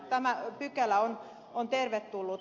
tämä pykälä on tervetullut